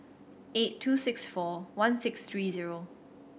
eight two six four one six three zero